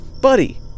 buddy